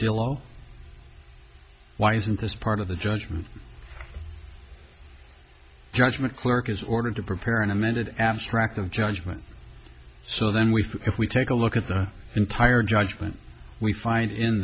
dillo why isn't this part of the judgment judgment clerk is ordered to prepare an amended abstract of judgment so then we if we take a look at the entire judgment we find in